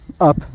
up